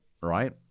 right